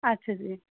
ਅੱਛਾ ਜੀ